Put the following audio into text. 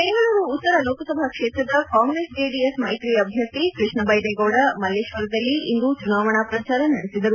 ಬೆಂಗಳೂರು ಉತ್ತರ ಲೋಕಸಭಾ ಕ್ಷೇತ್ರದ ಕಾಂಗ್ರೆಸ್ ಜೆಡಿಎಸ್ ಮೈತ್ರಿ ಅಭ್ಯರ್ಥಿ ಕೃಷ್ಣ ಬೈರೇಗೌಡ ಮಲ್ಲೇಶ್ವರದಲ್ಲಿ ಇಂದು ಚುನಾವಣಾ ಪ್ರಚಾರ ನಡೆಸಿದರು